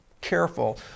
careful